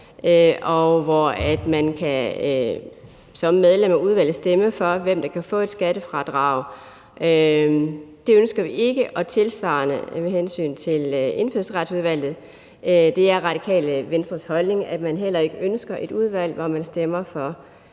og at man som medlem af udvalget kan stemme for, hvem der kan få et skattefradrag. Det ønsker vi ikke og tilsvarende med hensyn til Indfødsretsudvalget. Det er Radikale Venstres holdning, at vi heller ikke ønsker et udvalg, hvor man bag